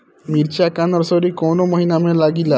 मिरचा का नर्सरी कौने महीना में लागिला?